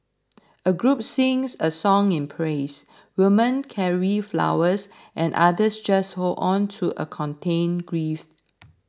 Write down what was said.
a group sings a song in praise women carry flowers and others just hold on to a contained grief